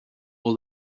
all